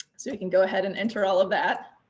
so you can go ahead and enter all of that.